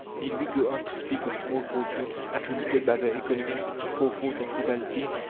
need we go on to speak of small fortunes attributed by the economists to forethought and frugality,